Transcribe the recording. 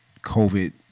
COVID